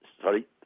Sorry